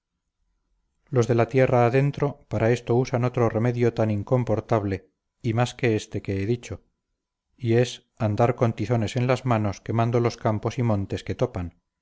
los de la tierra adentro para esto usan otro remedio tan incomportable y más que éste que he dicho y es andar con tizones en las manos quemando los campos y montes que topan